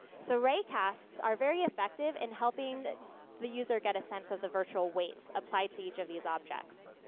so raycasts are very effective in helping the user get a sense of the virtual weights applied to each of these objects.